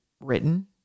written